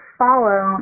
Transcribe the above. follow